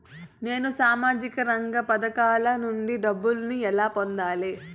నేను సామాజిక రంగ పథకాల నుండి డబ్బుని ఎలా పొందాలి?